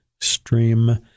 stream